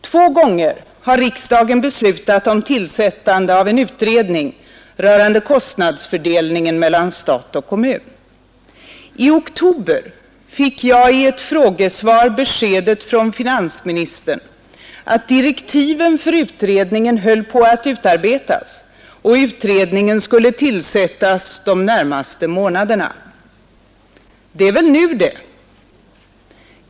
Två gånger har riksdagen beslutat om tillsättande av en utredning rörande kostnadsfördelningen mellan stat och kommun. I oktober fick jag i ett frågesvar beskedet från finansministern att direktiven för utredningen höll på att utarbetas och att utredningen skulle tillsättas de närmaste månaderna. Det är väl nu det?